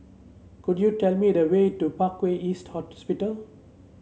could you tell me the way to Parkway East Hospital